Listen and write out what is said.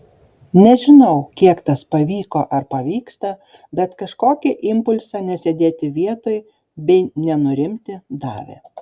nežinau kiek tas pavyko ar pavyksta bet kažkokį impulsą nesėdėti vietoj bei nenurimti davė